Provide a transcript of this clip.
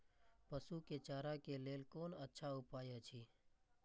पशु के चारा के लेल कोन अच्छा उपाय अछि?